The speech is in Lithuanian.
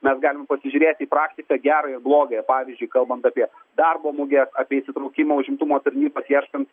mes galim pasižiūrėti į praktiką gerąją blogąją pavyzdžiui kalbant apie darbo muges apie įsitraukimą užimtumo tarnybas ieškant